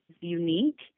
unique